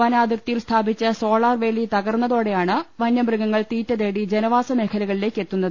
വനാതിർത്തിയിൽ സ്ഥാപിച്ച സോളാർ വേലി തകർന്ന തോടെയാണ് വന്യമൃഗങ്ങൾ തീറ്റതേടി ജനവാസമേഖ ലകളിലേക്ക് എത്തുന്നത്